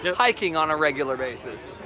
yeah hiking on a regular basis.